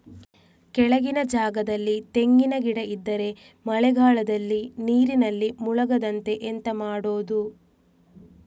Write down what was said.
ಕೆಳಗಿನ ಜಾಗದಲ್ಲಿ ತೆಂಗಿನ ಗಿಡ ಇದ್ದರೆ ಮಳೆಗಾಲದಲ್ಲಿ ನೀರಿನಲ್ಲಿ ಮುಳುಗದಂತೆ ಎಂತ ಮಾಡೋದು?